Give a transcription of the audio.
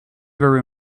very